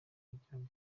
kugirango